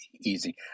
easy